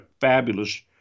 fabulous